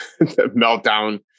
meltdown